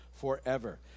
forever